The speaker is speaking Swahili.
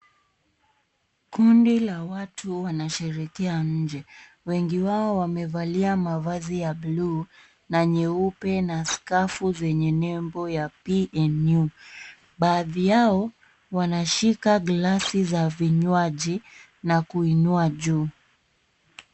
Kundi la watu wanasherekea nje. Wengi wao wamevalia mavazi ya buluu na nyeupe na skafu zenye nembo ya PNU. Baadhi yao wanashika glasi za vinywaji na kuinua juu.